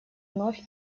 вновь